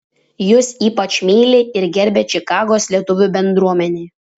jus ypač myli ir gerbia čikagos lietuvių bendruomenė